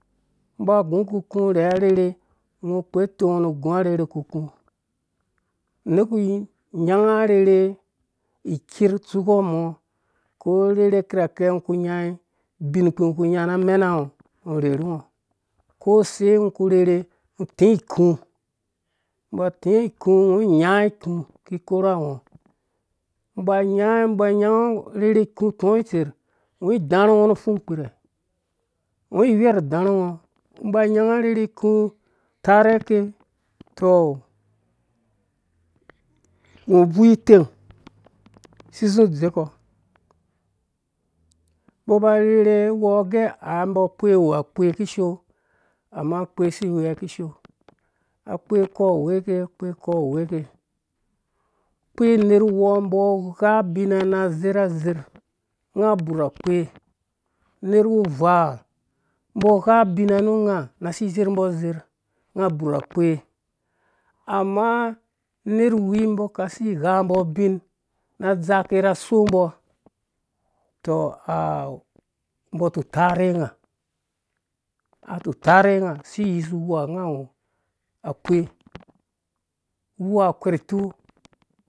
Ugno uba ugu ukuku arherha arherhe tɔ ungo ukpe atongo nekuyi unuanga arherhe akirakɛ ungo uku unya ubinkpi. ungo uku unya na amenango urherhungo kose ungo uku urherhe ut iku ungo uba uti iku ungo uba unyang arherhe iku utongo itser ungo idar hungo nu upfungkprhe ungo iwɛrh udar hungo ungo uba unuyang arherhi iku utarhe ake tɔɔ ungo ibvui uteng si uzu udzeko umbɔ aba arherhe uwɔɔ age a umnɔ akpe awu akpe kishoo ama akpe asi iwea kishoo akpe akɔ aweke akpe akɔ aweke akpe unerwu umbɔ agha ubina nu unga na asi uzerhumbɔ azerh unga aburh akpeama unerwi umbɔ aka asi ighambɔ ubinna adzake na asombɔ atutarhe unga atutarhe unga si iyisu uwu ha unga awu akpe uwu ha akwer itok